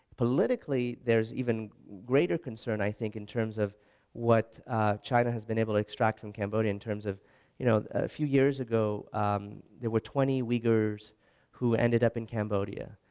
politically there's even greater concern i think in terms of what china has been able to extract from cambodia in terms of you know, a few years ago there were twenty weigers who ended up in cambodia,